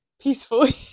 peacefully